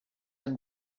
have